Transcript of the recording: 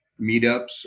meetups